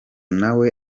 nawe